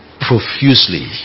profusely